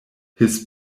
his